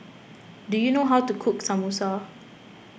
do you know how to cook Samosa